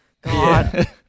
god